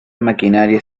maquinaria